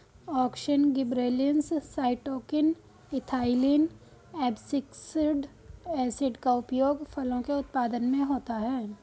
auxin, gibberellins, cytokinin, ethylene, abscisic acid का उपयोग फलों के उत्पादन में होता है